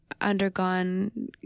undergone